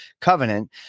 covenant